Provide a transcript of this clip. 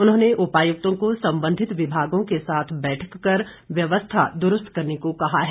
उन्होंने उपायुक्तों को संबंधित विभागों के साथ बैठक कर व्यवस्था दुरूस्त करने को कहा है